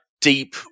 deep